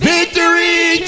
Victory